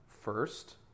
first